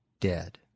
dead